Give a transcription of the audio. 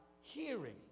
hearing